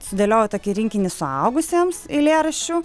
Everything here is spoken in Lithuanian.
sudėliojau tokį rinkinį suaugusiems eilėraščių